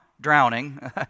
drowning